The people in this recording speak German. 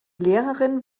lehrerin